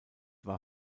war